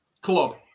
club